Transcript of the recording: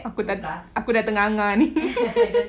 aku dah aku dah ternganga ni